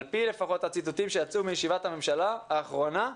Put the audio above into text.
לפחות על פי הציטוטים שיצאו מישיבת הממשלה האחרונה,